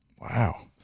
Wow